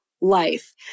life